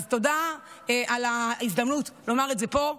אז תודה על ההזדמנות לומר את זה פה.